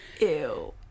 Ew